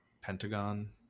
pentagon